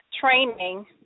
training